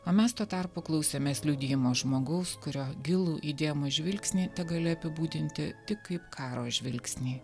o mes tuo tarpu klausėmės liudijimo žmogaus kurio gilų įdėmų žvilgsnį tegali apibūdinti tik kaip karo žvilgsnį